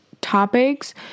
topics